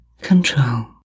control